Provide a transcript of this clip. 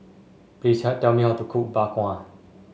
please tell me how to cook Bak Kwa